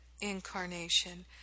incarnation